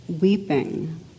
weeping